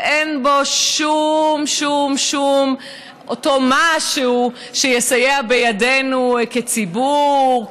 ואין בו שום שום שום אותו משהו שיסייע בידנו כציבור,